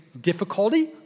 difficulty